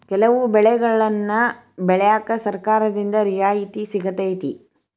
ಕೆಲವು ಬೆಳೆಗನ್ನಾ ಬೆಳ್ಯಾಕ ಸರ್ಕಾರದಿಂದ ರಿಯಾಯಿತಿ ಸಿಗತೈತಿ